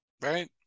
right